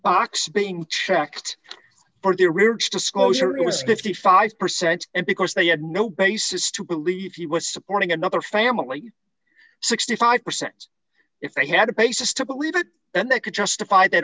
box being checked for the original scotia risk to fifty five percent and because they had no basis to believe he was supporting another family sixty five percent if they had a basis to believe it and that could justify that